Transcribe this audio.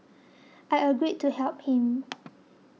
I agreed to help him